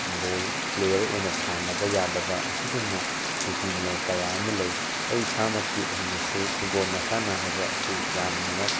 ꯕꯣꯜ player ꯑꯣꯏꯅ ꯁꯥꯟꯅꯕ ꯌꯥꯗꯕ ꯑꯁꯤꯒꯨꯝꯅ ꯅꯤꯇꯤ ꯅꯤꯌꯣꯝ ꯀꯌꯥ ꯑꯃ ꯂꯩ ꯑꯩ ꯏꯁꯥꯃꯛꯀꯤ ꯑꯣꯏꯅꯁꯨ ꯐꯨꯠꯕꯣꯜ ꯃꯁꯥꯟꯅ ꯍꯥꯏꯕ ꯑꯁꯤ ꯌꯥꯝꯅꯃꯛ